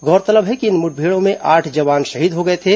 गौरतलब है कि इन मुठभेड़ों में आठ जवान शहीद हो गए थे